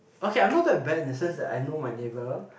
okay I'm not that bad in the sense that I know my neighbour